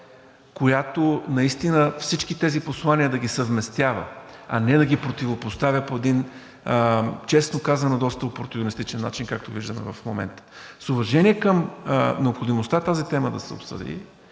която наистина всички тези послания да ги съвместява, а не да ги противопоставя по един, честно казано, доста опортюнистичен начин, както виждаме в момента. С уважение към необходимостта тази тема да се обсъди,